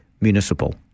municipal